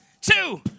two